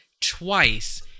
Twice